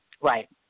Right